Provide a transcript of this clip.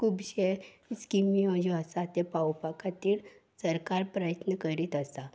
खुबशे स्किम्यो ज्यो आसात त्यो पावोवपा खातीर सरकार प्रयत्न करीत आसा